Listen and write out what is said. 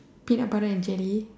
peanut butter and jelly